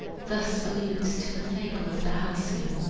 thus alludes to the fable of the halcyon